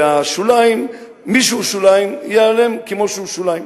והשוליים, מי שהוא שוליים ייעלם כמו שהוא שוליים.